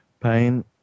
pain